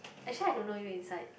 actually I don't know you inside